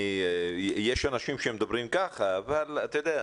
יש אנשים שמדברים כך, אבל אתה יודע,